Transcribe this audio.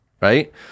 right